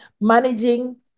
managing